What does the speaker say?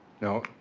No